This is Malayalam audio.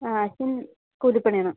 ആ അച്ഛൻ കൂലിപ്പണിയാണ്